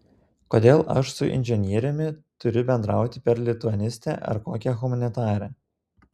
kodėl aš su inžinieriumi turiu bendrauti per lituanistę ar kitokią humanitarę